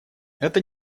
это